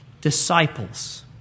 disciples